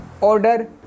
Order